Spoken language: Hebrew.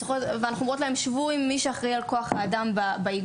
ואנחנו אומרות להן: שבו עם מי שאחראי על כוח האדם באיגוד,